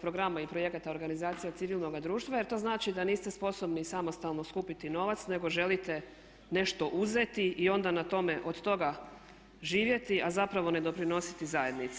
programa i projekata organizacija civilnoga društva jer to znači da niste sposobno samostalno skupiti novac nego želite nešto uzeti i onda na tome, od toga živjeti a zapravo ne doprinositi zajednici.